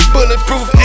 Bulletproof